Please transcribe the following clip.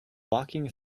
walking